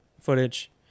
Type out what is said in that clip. footage